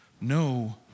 no